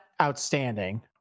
outstanding